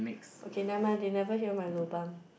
okay never mind they never hear my lobang